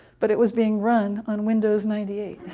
but it was being run on windows ninety eight.